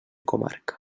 comarca